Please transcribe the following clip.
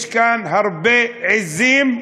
יש כאן הרבה עזים,